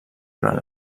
durant